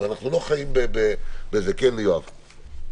בצורה וולונטרית.